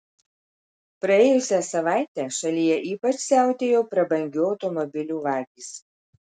praėjusią savaitę šalyje ypač siautėjo prabangių automobilių vagys